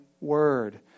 word